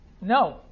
no